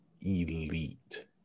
elite